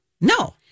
No